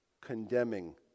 condemning